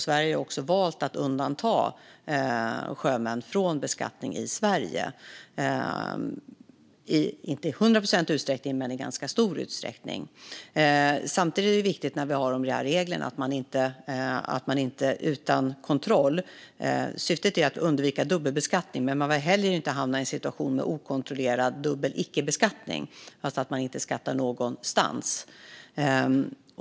Sverige har också valt att undanta sjömän från beskattning i Sverige, inte till 100 procent men i ganska stor utsträckning. Samtidigt som vi har de reglerna är det viktigt att det inte sker utan kontroll. Syftet är att undvika dubbelbeskattning. Men vi vill inte heller hamna i en situation med okontrollerad dubbel icke-beskattning, alltså att man inte skattar någonstans.